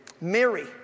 Mary